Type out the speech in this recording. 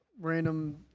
random